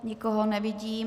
Nikoho nevidím.